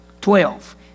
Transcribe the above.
Twelve